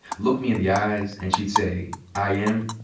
looked me in the eyes, and she'd say, i am,